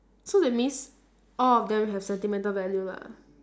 so that means all of them have sentimental value lah